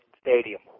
stadium